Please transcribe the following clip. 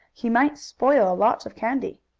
he might spoil a lot of candy.